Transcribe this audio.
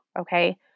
okay